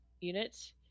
unit